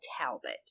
Talbot